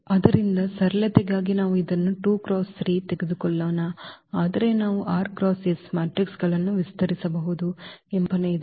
ಆದ್ದರಿಂದ ಸರಳತೆಗಾಗಿ ನಾವು ಇದನ್ನು 2 × 3 ತೆಗೆದುಕೊಳ್ಳೋಣ ಆದರೆ ನಾವು r X s ಮ್ಯಾಟ್ರಿಕ್ಗಳನ್ನು ವಿಸ್ತರಿಸಬಹುದು ಎಂಬ ಕಲ್ಪನೆ ಇದೆ